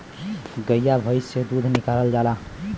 गइया भईस से दूध निकालल जाला